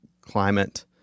climate